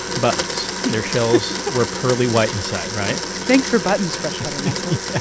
buttons their shells were pearly white inside, right? thanks for buttons freshwater mussels yeah.